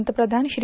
पंतप्रधान श्री